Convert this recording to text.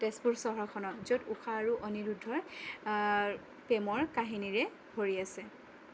তেজপুৰ চহৰখনক য'ত ঊষা আৰু অনিৰুদ্ধৰ প্ৰেমৰ কাহিনীৰে ভৰি আছে